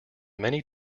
many